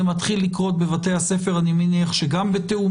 זה מתחיל לקרות בבתי הספר ואני מניח שגם זה בתיאום